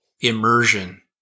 immersion